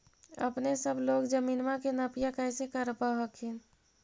अपने सब लोग जमीनमा के नपीया कैसे करब हखिन?